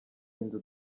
inzu